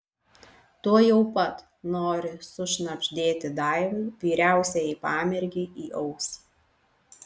tuojau pat nori sušnabždėti daivai vyriausiajai pamergei į ausį